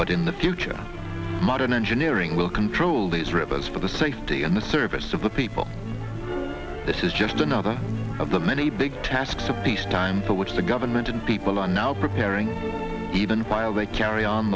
but in the future modern engineering will control these rivers for the safety and the service of the people this is just another of the many big tasks a peacetime for which the government and people are now preparing even while they carry on